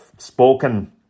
Spoken